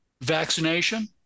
vaccination